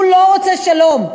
הוא לא רוצה שלום.